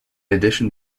addition